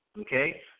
Okay